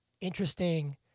interesting